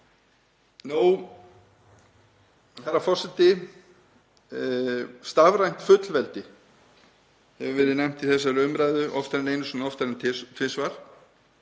stað. Herra forseti. Stafrænt fullveldi hefur verið nefnt í þessari umræðu oftar en einu sinni og oftar en tvisvar